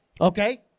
Okay